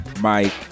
Mike